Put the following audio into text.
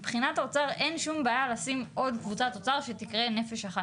מבחינת האוצר אין שום בעיה לשים עוד קבוצת אוצר שתיקרא "נפש אחת".